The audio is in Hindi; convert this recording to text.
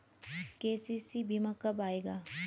के.सी.सी बीमा कब आएगा?